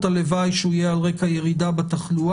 הלוואי שהוא יהיה על רקע ירידה בתחלואה,